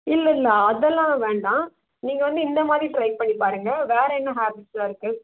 இல்லை இல்லை அதெல்லாம் வேண்டாம் நீங்கள் வந்து இந்த மாதிரி ட்ரை பண்ணிப் பாருங்க வேறு என்ன ஹேபிட்ஸெலாம் இருக்குது